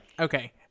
Okay